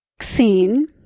scene